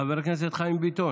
חבר הכנסת חיים ביטון,